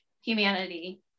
humanity